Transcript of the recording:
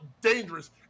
dangerous